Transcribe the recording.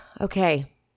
Okay